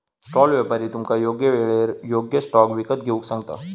stall व्यापारी तुमका योग्य येळेर योग्य स्टॉक विकत घेऊक सांगता